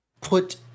put